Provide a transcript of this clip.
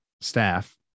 staff